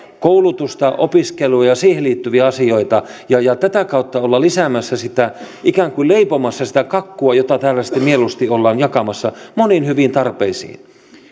koulutusta opiskelua ja siihen liittyviä asioita ja tätä kautta olla lisäämässä sitä ikään kuin leipomassa sitä kakkua jota täällä sitten mieluusti ollaan jakamassa moniin hyviin tarpeisiin